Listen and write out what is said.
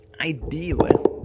ideally